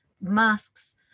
masks